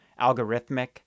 algorithmic